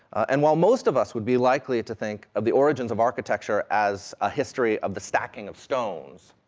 and while most of us would be likely to think of the origins of architecture as a history of the stacking of stones,